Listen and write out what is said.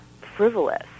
frivolous